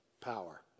power